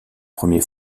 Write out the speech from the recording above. premier